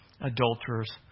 adulterers